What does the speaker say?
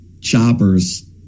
choppers